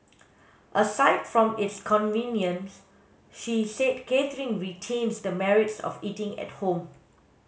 aside from its convenience she said catering retains the merits of eating at home